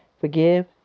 forgive